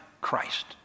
Christ